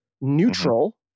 neutral